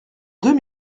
deux